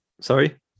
Sorry